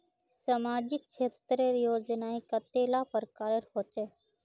सामाजिक क्षेत्र योजनाएँ कतेला प्रकारेर होचे?